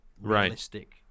realistic